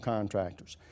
Contractors